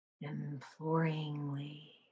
imploringly